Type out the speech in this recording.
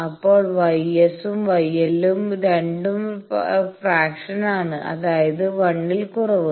ഇപ്പോൾ γ S ഉം γ L ഉം രണ്ടും ഫ്രാക്ഷൻസ് ആണ് അതായത് 1 ൽ കുറവ്